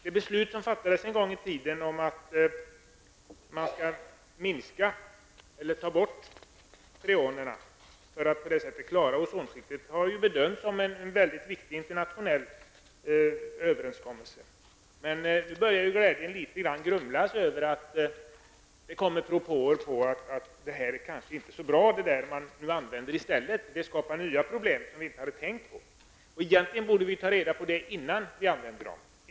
Det beslut som fattades en gång i tiden om att vi skall ta bort freonerna för att klara ozonskiktet har bedömts som en väldigt viktig internationell överenskommelse. Nu börjar glädjen litet grand att grumlas, när det kommer propåer om att de ämnen som används i stället inte är så bra. De skapar nya problem som vi inte hade tänkt på. Egentligen borde vi ta reda på det innan vi börjar använda dem.